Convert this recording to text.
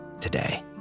today